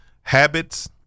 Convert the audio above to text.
habits